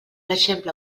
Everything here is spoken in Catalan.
exemple